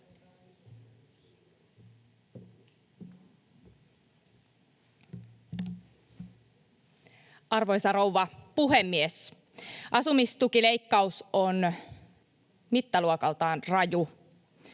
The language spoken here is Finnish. Arvoisa rouva puhemies! Asumistukileikkaus on mittaluokaltaan raju.